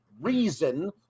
reason